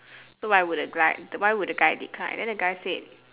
so why would the guy the why would the guy decline then the guy said